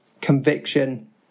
conviction